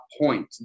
point